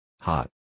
Hot